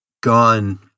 gone